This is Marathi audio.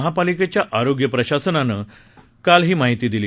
महापालिकेच्या आरोग्य प्रशासनानं ही माहिती दिली